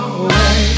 away